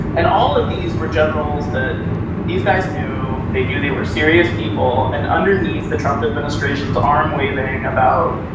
and all of these were generals that these guys knew. they knew they were serious people. and underneath the trump administration's arm, waving about,